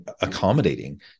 accommodating